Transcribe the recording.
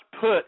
put